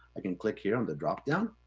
i can click here on the drop down,